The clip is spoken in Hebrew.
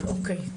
אוקיי.